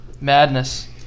Madness